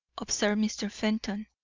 observed mr. fenton.